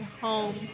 home